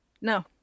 no